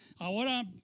Ahora